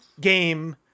game